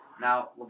Now